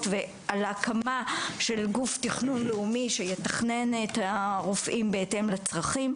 ועל הקמה של גוף תכנון לאומי שיתכנן את הרופאים בהתאם לצרכים.